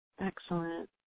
Excellent